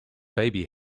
baby